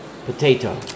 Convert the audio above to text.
Potato